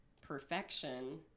perfection